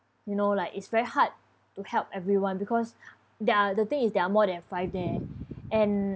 you know like it's very hard to help everyone because there are the thing is there are more than five there and